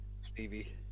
Stevie